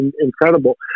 incredible